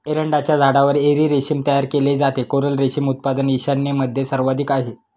एरंडाच्या झाडावर एरी रेशीम तयार केले जाते, कोरल रेशीम उत्पादन ईशान्येमध्ये सर्वाधिक आहे